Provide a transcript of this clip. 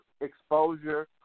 exposure